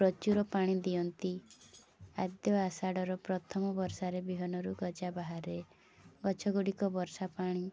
ପ୍ରଚୁର ପାଣି ଦିଅନ୍ତି ଆଦ୍ୟ ଆଷାଢ଼ର ପ୍ରଥମ ବର୍ଷାରେ ବିହନରୁ ଗଜା ବାହାରେ ଗଛ ଗୁଡ଼ିକ ବର୍ଷା ପାଣି